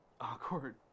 awkward